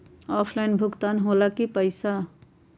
Offline भुगतान हो ला कि पईसा?